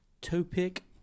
topic